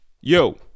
Yo